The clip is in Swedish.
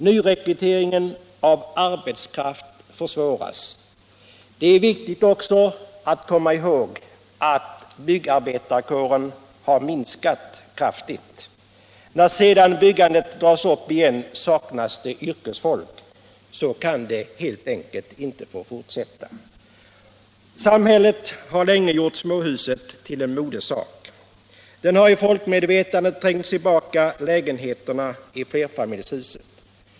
Nyrekryteringen av arbetskraft försvåras. Det är viktigt att komma ihåg att byggarbetarkåren har minskat kraftigt. När sedan byggandet dras upp igen saknas det yrkesfolk. Så kan det helt enkelt inte få fortsätta. Samhället har länge gjort småhuset till en modesak. Det har i folkmedvetandet trängt tillbaka lägenheten i flerfamiljshuset.